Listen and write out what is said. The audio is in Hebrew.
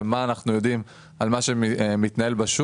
ומה אנחנו יודעים על מה שמתנהל בו.